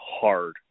hard